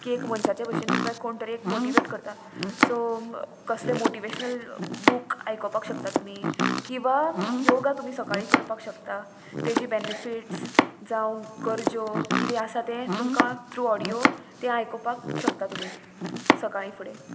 की एक मनशाचे भशेन तुमकां कोण तरी एक मोटिवेट करता सो कसले मोटिवेशनल बूक आयकोपाक शकता तुमी किंवां योगा तुमी सकाळी करपाक शकता तेजी बेनिफिट्स जावं गरजो किदें आसा तें तुमकां थ्रू ऑडियो तें आयकपाक शकता तुमी सकाळी फुडें